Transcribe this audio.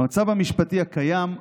במצב המשפטי הקיים,